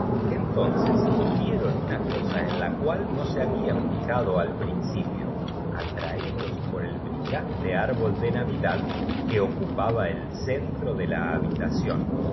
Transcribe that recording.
entonces vieron una cosa em la cual no se habían fijado al principio atraídos por el brillante arbol de navidad que ocupaba los cuales se refrescaban la cara como si el centro de la habitación